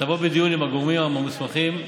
תבוא בדיון עם הגורמים המוסמכים,